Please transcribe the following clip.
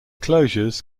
closures